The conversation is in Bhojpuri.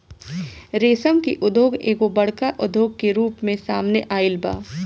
रेशम के उद्योग एगो बड़का उद्योग के रूप में सामने आइल बा